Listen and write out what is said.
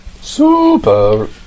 super